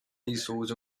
easels